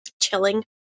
chilling